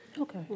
Okay